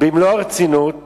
במלוא הרצינות